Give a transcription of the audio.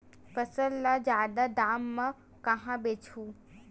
फसल ल जादा दाम म कहां बेचहु?